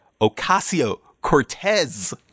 Ocasio-Cortez